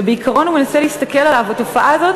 ובעיקרון הוא מנסה להסתכל על התופעה הזאת